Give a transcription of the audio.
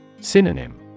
Synonym